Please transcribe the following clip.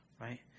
Right